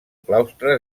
claustre